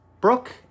Brooke